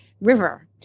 river